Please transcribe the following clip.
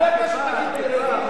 מי אתה שתגיד לו,